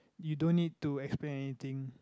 you don't need to explain anything